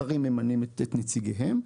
השרים ממנים את נציגיהם.